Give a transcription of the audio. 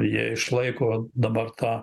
jie išlaiko dabar tą